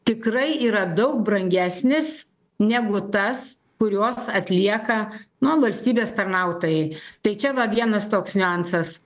tikrai yra daug brangesnės negu tas kurios atlieka nu valstybės tarnautojai tai čia va vienas toks niuansas